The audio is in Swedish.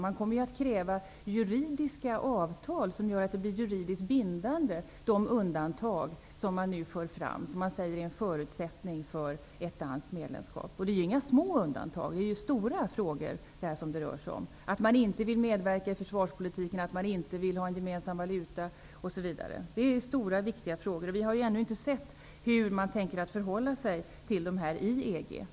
Man kommer att kräva juridiska avtal, som gör att de undantag som man nu för fram, och som man anser vara en förutsättning för ett lands medlemskap, blir juridiska bindande. Och det är ju inga små undantag. Det rör som om stora frågor: att man inte vill medverka i försvarspolitiken, att man inte vill ha en gemensam valuta osv. Vi har ju ännu inte sett hur man tänker förhålla sig till dessa stora och viktiga frågor i EG.